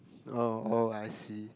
oh oh I see